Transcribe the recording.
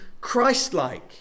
Christ-like